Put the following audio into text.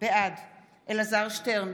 בעד אלעזר שטרן,